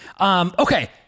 Okay